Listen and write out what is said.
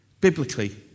Biblically